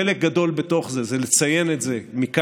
חלק גדול בתוך זה הוא לציין את זה מכאן,